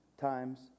times